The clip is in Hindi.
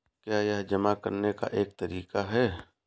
क्या यह जमा करने का एक तरीका है?